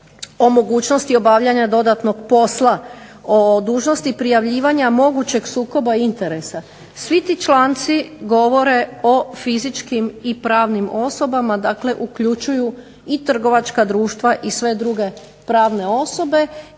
o mogućnosti obavljanja dodatnog posla, o dužnosti prijavljivanja mogućeg sukoba interesa svi ti članci govore o fizičkim i pravnim osobama dakle uključuju i trgovačka društva i sve druge pravne osobe.